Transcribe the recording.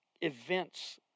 events